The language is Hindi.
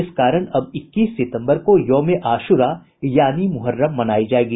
इस कारण अब इक्कीस सितम्बर को यौम ए आशूरा यानी मुहर्रम मनायी जायेगी